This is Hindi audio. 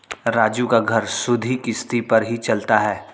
राजू का घर सुधि किश्ती पर ही चलता है